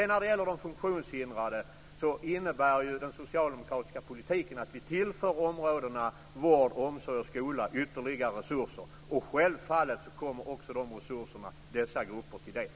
När det gäller de funktionshindrade innebär den socialdemokratiska politiken att vi tillför områdena vård, omsorg och skola ytterligare resurser. Självfallet kommer också de resurserna dessa grupper till del.